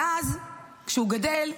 ואז, כשהוא גדל,